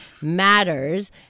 matters